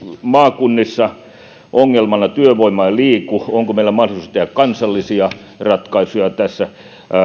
maakunnissa on ongelmana että työvoima ei liiku onko meillä mahdollisuus tehdä kansallisia ratkaisuja tässä